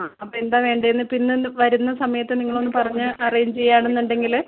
ആ അപ്പോള് എന്താണു വേണ്ടതെന്ന് പിന്നൊന്ന് വരുന്ന സമയത്ത് നിങ്ങളൊന്ന് പറഞ്ഞ് അറേഞ്ച് ചെയ്യുകയാണെന്നുണ്ടെങ്കില്